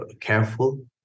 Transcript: careful